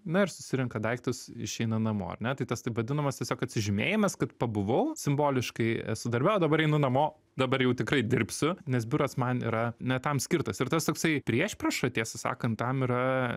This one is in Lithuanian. na ir susirenka daiktus išeina namo ar ne tai tas taip vadinamas tiesiog atsižymėjimas kad pabuvau simboliškai esu darbe o dabar einu namo dabar jau tikrai dirbsiu nes biuras man yra ne tam skirtas ir tas toksai priešprieša tiesą sakant tam yra